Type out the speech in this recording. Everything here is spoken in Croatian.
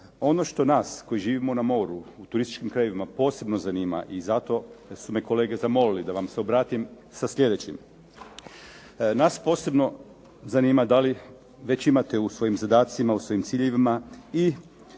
Ono što nas koji živimo na moru u turističkim krajevima posebno zanima i zato su me kolege zamolili da vam se obratim sa slijedećim. Nas posebno zanima da li već imate u svojim zadacima, u svojim ciljevima i